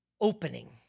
opening